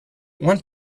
want